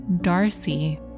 Darcy